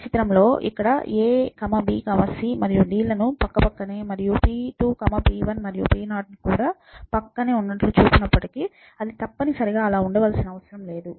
ఈ చిత్రంలో ఇక్కడ a b c మరియు d లను పక్కపక్కనే మరియు p2 p1 మరియు p0 కూడా ప్రక్కనే ఉన్నట్లు చూపినప్పటికీ అది తప్పనిసరిగా అలా ఉండవలసిన అవసరం లేదు